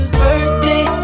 birthday